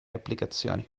applicazioni